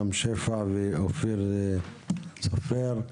רם שפע ואופיר סופר,